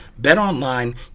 BetOnline